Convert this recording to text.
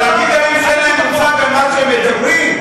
אבל להגיד עליהם שאין להם מושג על מה שהם מדברים?